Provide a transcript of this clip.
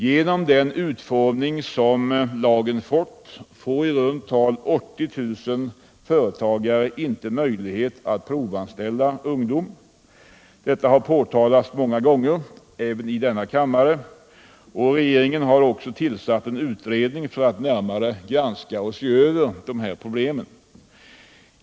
Genom den utformning som lagarna har fått får i runt tal 80 000 företagare inte möjlighet att provanställa ungdomar. Detta har påtalats många gånger, även i denna kammare, och regeringen har också tillsatt en utredning för att närmare granska och se över dessa problem.